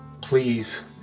please